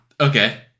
Okay